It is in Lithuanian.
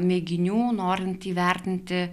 mėginių norint įvertinti